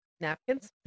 napkins